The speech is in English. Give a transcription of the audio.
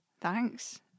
Thanks